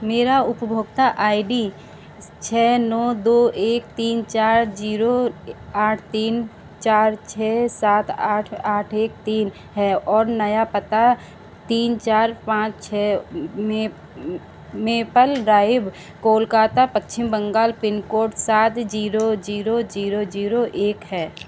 मेरी उपभोक्ता I D छः नौ दो एक दो तीन चार जीरो आठ तीन चार छः सात आठ आठ एक तीन है और नया पता तीन चार पाँच छः मे Maple Drive Kolkata Paschim Bangal pin code सात जीरो जीरो जीरो जीरो एक है